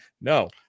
No